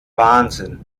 wahnsinn